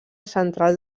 central